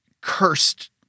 cursed